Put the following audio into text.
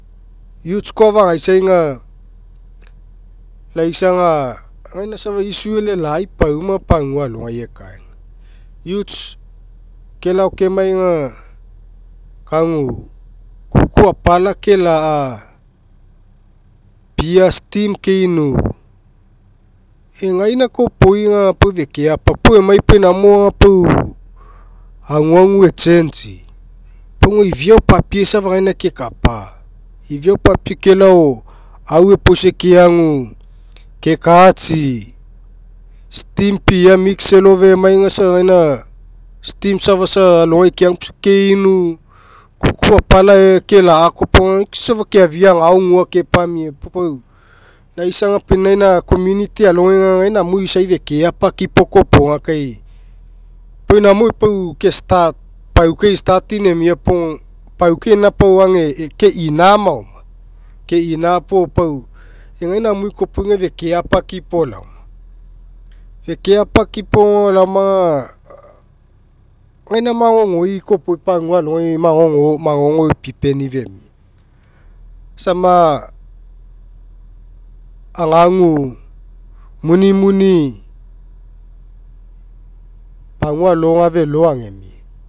Youths koa fagaisai aga laisa aga gaina safa issue elelai pagua alogai ekaega. Youths kelao kemai aga kuku apala kela'a, pia steam keinu, egaina kopoi aga pau fekeapa. Paul emai numo aga pau aguagu echange'i, pau aga ifiao papie sa gaina kekapa. Ifiao papie kelao au epoisai keagu kekatsi, steam pia mix elofe emai afa isa gaina steam safa isa alogai keagu puo isa keinu, kuku apala kela'a kopoga aga ke keafia agao gua kepamia puo pau laisa aga pau inaina community alogai aga gaina amui pekeapa kipo kopoga kai, pau namo pau ke'start pau ka starting emia puo paukai ina pau ega keina maoma keina puo pau iegaina amui koa pau fekeapakipo iaoma, fekeapkipo laoma aga gaina magogo magogoipipeni femia. Gasama ogegu munimuni, pagua alo aga felo agemia.